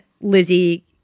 Lizzie